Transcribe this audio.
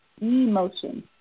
emotion